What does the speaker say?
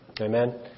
Amen